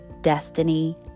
Destiny